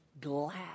glad